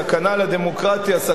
"סכנה לדמוקרטיה",